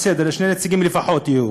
בסדר, לפחות שני נציגים יהיו.